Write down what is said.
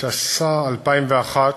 התשס"א 2001,